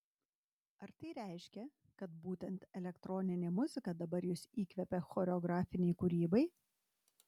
ar tai reiškia kad būtent elektroninė muzika dabar jus įkvepia choreografinei kūrybai